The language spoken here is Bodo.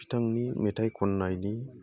बिथांनि मेथाइ खननायनि